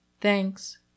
Thanks